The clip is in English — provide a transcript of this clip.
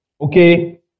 okay